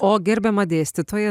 o gerbiama dėstytoja